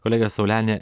kolega saulenė